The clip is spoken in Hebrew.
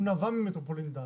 הוא נבע ממטרופולין דן,